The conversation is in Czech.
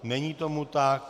Není tomu tak.